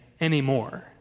anymore